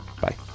bye